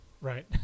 right